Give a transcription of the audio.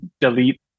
delete